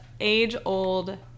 age-old